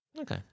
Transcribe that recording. Okay